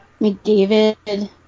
McDavid